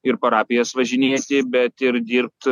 ir parapijas važinėti bet ir dirbt